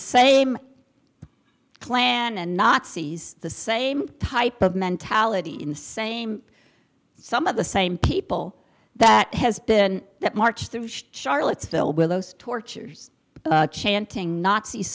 same clan and nazis the same type of mentality in the same some of the same people that has been that marched through charlottesville where those tortures chanting nazi